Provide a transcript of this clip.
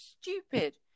Stupid